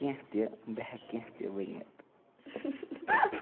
کیںٛہہ تہِ بہٕ ہٮ۪کہٕ کیںٛہہ تہِ ؤنِتھ